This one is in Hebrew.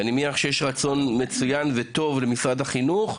אני מניח שיש רצון טוב ומצוין למשרד החינוך,